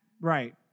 right